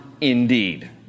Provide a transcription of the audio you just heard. indeed